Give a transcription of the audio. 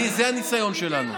זה הניסיון שלנו.